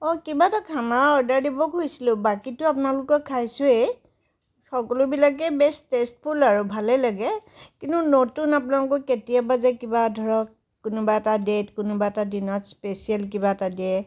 অ' কিবা এটা খানা অৰ্ডাৰ দিব খুজিছিলোঁ বাকীটো আপোনালোকৰ খাইছোঁয়েই সকলোবিলাকেই বেচ টে'ষ্টফুল আৰু ভালে লাগে কিন্তু নতুন আপোনালোকৰ কেতিয়াবা যে কিবা ধৰক কোনোবা এটা ডে'ট কোনোবা এটা দিনত স্পেচিয়েল কিবা এটা দিয়ে